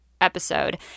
episode